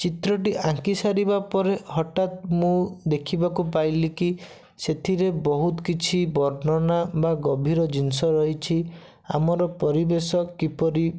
ଚିତ୍ରଟି ଆଙ୍କି ସାରିବା ପରେ ହଠାତ ମୁଁ ଦେଖିବାକୁ ପାଇଲି କି ସେଥିରେ ବହୁତ କିଛି ବର୍ଣ୍ଣନା ବା ଗଭୀର ଜିନିଷ ରହିଛି ଆମର ପରିବେଶ କିପରି